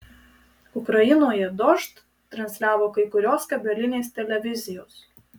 ukrainoje dožd transliavo kai kurios kabelinės televizijos